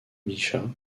bichat